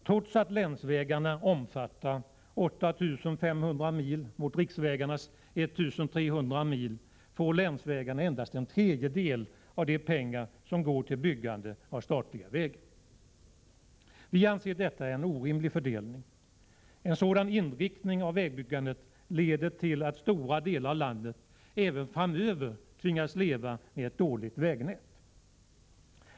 Trots att länsvägarna omfattar 8 500 mil, mot riksvägarnas 1 300 mil, får detta vägnät endast en tredjedel av de pengar som går till byggande av statliga vägar. Vi anser att detta är en orimlig fördelning. En sådan inriktning av vägbyggandet leder till att stora delar av landet även framöver tvingas leva med ett dåligt vägnät.